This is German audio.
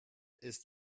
ist